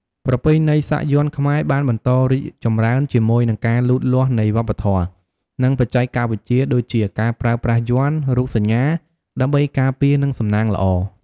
ប្រពៃណីសាក់យ័ន្តខ្មែរបានបន្តរីកចម្រើនជាមួយនឹងការលូតលាស់នៃវប្បធម៌ និងបច្ចេកវិទ្យាដូចជា ការប្រើប្រាស់យ័ន្ត (រូបសញ្ញា) ដើម្បីការពារ និងសំណាងល្អ។